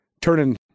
turning